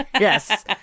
Yes